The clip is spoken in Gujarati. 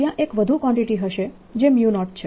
ત્યાં એક વધુ કવાંટીટી હશે જે 0 છે